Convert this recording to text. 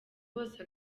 bose